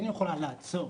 כן יכולה לעצור